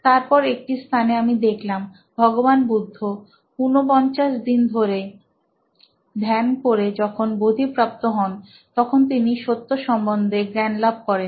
তারপর একটি স্থানে আমি দেখলাম ভগবান বুদ্ধ 49 দিন ধরে ধ্যান করে যখন বোধিপ্রাপ্ত হন তখন তিনি সত্য সম্বন্ধে জ্ঞানলাভ করেন